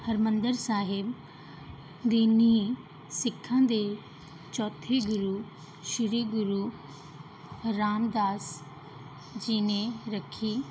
ਹਰਿਮੰਦਰ ਸਾਹਿਬ ਦੀ ਨੀਂਹ ਸਿੱਖਾਂ ਦੇ ਚੌਥੇ ਗੁਰੂ ਸ਼੍ਰੀ ਗੁਰੂ ਰਾਮਦਾਸ ਜੀ ਨੇ ਰੱਖੀ